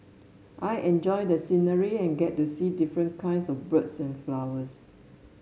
I enjoy the scenery and get to see different kinds of birds and flowers